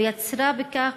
ויצרה בכך,